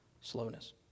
slowness